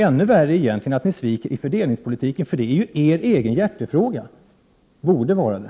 Ännu värre är egentligen att ni sviker i fördelningspolitiken, eftersom det är er egen hjärtefråga — eller borde åtminstone vara det.